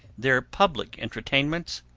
their public entertainments,